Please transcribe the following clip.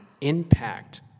impact